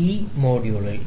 ഈ മൊഡ്യൂളിൽ